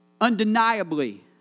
undeniably